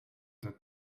the